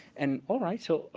and all right, so